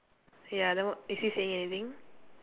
ya then wh~ is he saying anything